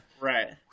Right